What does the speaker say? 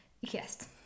Yes